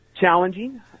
challenging